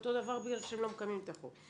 אותו דבר, בגלל שהם לא מקיימים את החוק.